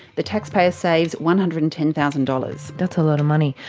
the taxpayer saves one hundred and ten thousand dollars. that's a lot of money.